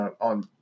on